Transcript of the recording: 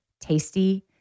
tasty